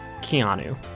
Keanu